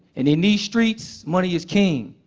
and in these streets, money is king.